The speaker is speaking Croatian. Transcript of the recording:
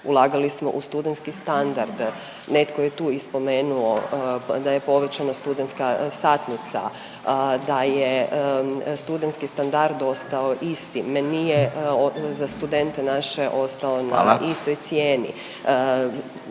ulagali smo u studentski standard. Netko je tu i spomenuo da je povećana studentska satnica, da je studentski standard ostao isti, meni je za studente naše ostao na istoj … …/Upadica